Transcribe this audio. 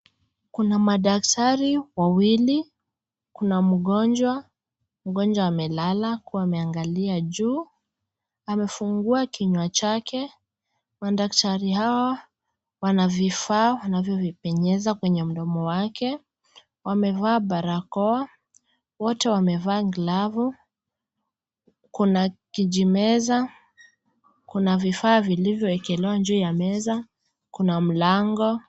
Kuna madaktari wawili, kuna mgonjwa, mgonjwa amelala akiwa ameangalia juu, amefungua kinywa chake, madaktari hawa wana vifaa wanavyo vipenyeza kwenye mdomo wake, wamevaa barakoa wote wamevaa glavu kuna kijimeza, kuna vifaa vilivyoekelewa juu ya meza kuna mlango.